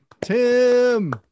tim